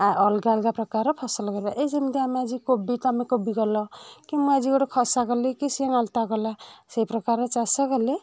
ଆ ଅଲଗା ଅଲଗା ପ୍ରକାରର ଫସଲ କରିବା ଏଇ ଯେମିତି ଆମେ ଯେ କୋବି ତମେ କୋବି କଲ କିମ୍ବା ଆଜି ଗୋଟେ ଖସା କଲି କି ସିଏ ନଳିତା କଲା ସେଇ ପ୍ରକାରର ଚାଷ କଲେ